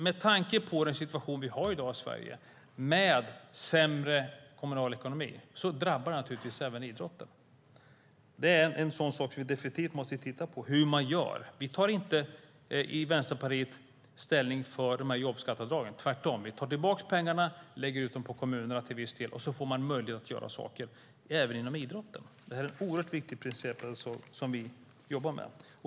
Den situation vi har i dag i Sverige med sämre kommunal ekonomi drabbar naturligtvis även idrotten. Det är en sådan sak som vi definitivt måste titta på. Det är en oerhört viktig princip som vi jobbar med.